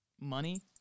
money